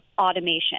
automation